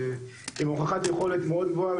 עם הוכחת יכולת מאוד גבוהה,